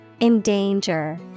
Endanger